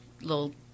little